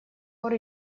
пор